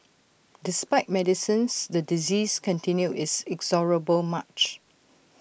despite medicines the disease continued its inexorable March